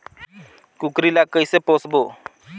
कूकरी ला कइसे पोसबो?